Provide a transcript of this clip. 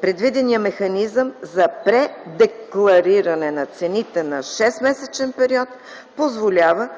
Предвиденият механизъм за предеклариране на цените на шестмесечен период позволява